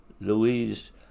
Louise